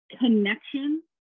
connection